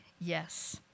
Yes